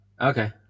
Okay